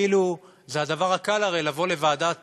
כאילו, הרי זה הדבר הקל לבוא לוועדת